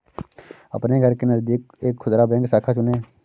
अपने घर के नजदीक एक खुदरा बैंक शाखा चुनें